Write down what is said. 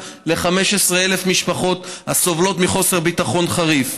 ניתן ל-15,000 משפחות הסובלות מחוסר ביטחון חריף,